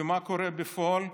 ומה קורה בפועל?